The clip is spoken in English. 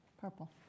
Purple